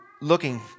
looking